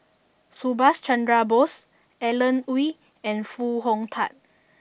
Subhas Chandra Bose Alan Oei and Foo Hong Tatt